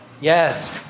Yes